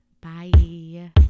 Bye